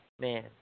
Man